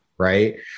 right